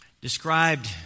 described